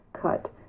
cut